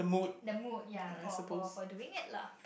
the mood ya for for for doing it lah